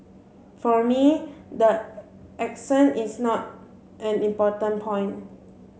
for me the accent is not an important point